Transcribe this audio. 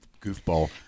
goofball